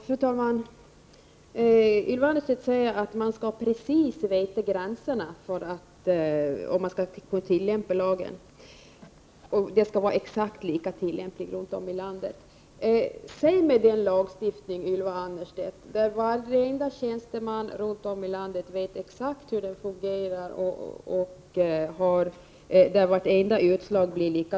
Fru talman! Ylva Annerstedt säger att man skall veta precis var gränsen går för vad som är tillåtet resp. otillåtet när det gäller att tillämpa lagen och att lagen skall tillämpas exakt lika runt om i landet. Ge exempel, Ylva Annerstedt, på en lagstiftning som varenda tjänsteman runt om i landet exakt känner till och som medger att alla gör samma bedömning!